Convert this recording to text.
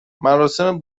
مراسم